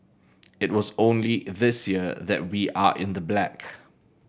it was only this year that we are in the black